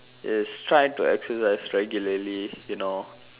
is try to exercise regularly you know